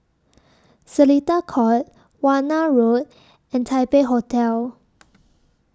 Seletar Court Warna Road and Taipei Hotel